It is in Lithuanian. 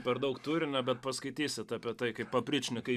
per daug turinio bet paskaitysit apie tai kaip opryčnikai